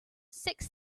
six